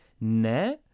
NE